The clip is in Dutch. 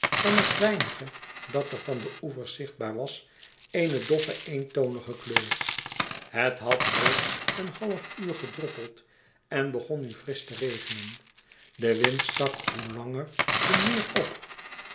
en het weinige dat er van de oevers zichtbaar was eene doffe eentonige kleur het had reeds een half uur gedroppeld en begon nu frisch te regenen de wind stak hoe langer hoe meer op